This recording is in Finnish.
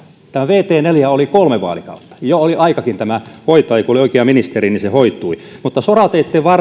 vt neljä oli kolme vaalikautta jo oli aikakin tämä hoitaa ja kun oli oikea ministeri niin se hoitui mutta sorateitten